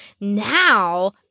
now